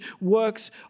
works